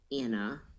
Anna